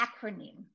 acronym